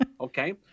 Okay